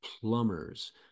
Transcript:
plumbers